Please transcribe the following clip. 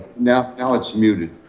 now now it's muted.